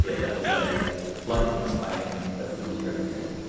yeah that was a blatant claim that was misrepresented.